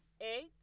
eight